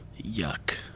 Yuck